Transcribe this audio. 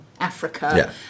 Africa